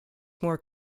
more